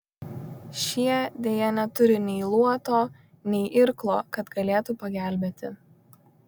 šie deja neturi nei luoto nei irklo kad galėtų pagelbėti